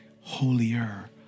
holier